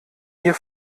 hier